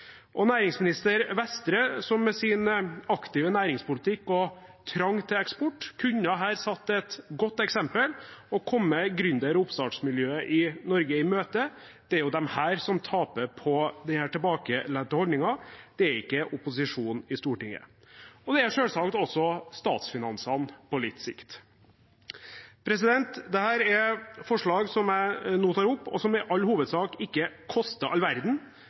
Næringsminister Vestre, med sin aktive næringspolitikk og trang til eksport, kunne her satt et godt eksempel og kommet gründer- og oppstartsmiljøet i Norge i møte. Det er jo disse som taper på denne tilbakelente holdningen; det er ikke opposisjonen i Stortinget. Men det er selvsagt også statsfinansene på litt sikt. Dette er forslag som jeg nå tar opp, og som i all hovedsak ikke koster all verden.